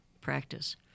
practice